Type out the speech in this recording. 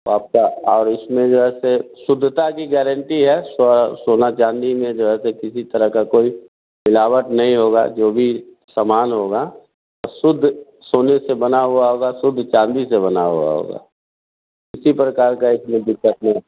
आपका और इसमें जैसे शुद्धता की गारंटी है सौ सोना चांदी में जैसे किसी तरह का कोई मिलावट नहीं होगा जो भी सामान होना शुद्ध सोने से बना हुआ होगा शुद्ध चाँदी से बना हुआ होगा किसी प्रकार का इसमें दिक्कत नहीं